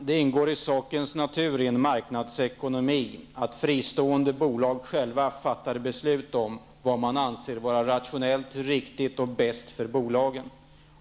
Herr talman! I en marknadsekonomi ligger det i sakens natur att fristående bolag själva fattar beslut om vad som är rationellt, riktigt och bäst för bolaget.